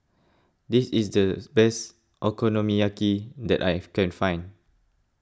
this is the best Okonomiyaki that I have can find